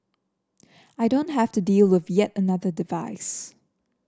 I don't have to deal with yet another device